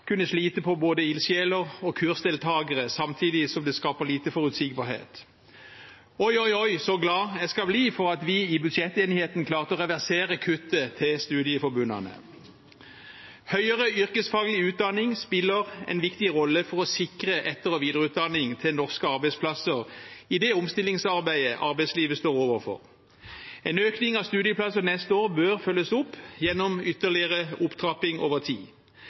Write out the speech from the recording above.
slite på både ildsjeler og kursdeltakere, samtidig som det skaper lite forutsigbarhet. «Oj, oj, oj, så glad jeg skal bli» for at vi i budsjettenigheten klarte å reversere kuttet til studieforbundene. Høyere yrkesfaglig utdanning spiller en viktig rolle for å sikre etter- og videreutdanning til norske arbeidsplasser i det omstillingsarbeidet arbeidslivet står overfor. En økning av studieplasser neste år bør følges opp gjennom ytterligere opptrapping over tid.